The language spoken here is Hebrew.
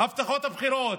הבטחות הבחירות,